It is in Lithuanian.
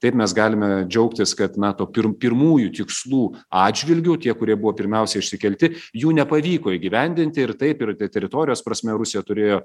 taip mes galime džiaugtis kad na tų pir pirmųjų tikslų atžvilgiu tie kurie buvo pirmiausia išsikelti jų nepavyko įgyvendinti ir taip ir teritorijos prasme rusija turėjo